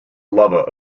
lover